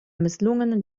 misslungenen